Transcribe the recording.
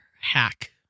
hack